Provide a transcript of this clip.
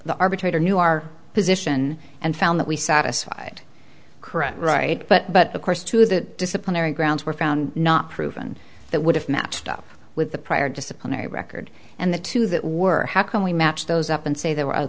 the arbitrator knew our position and found that we satisfied carette right but of course to that disciplinary grounds were found not proven that would have matched up with the prior disciplinary record and the two that were how can we match those up and say they were